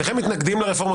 שניכם מתנגדים לרפורמה,